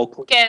כן.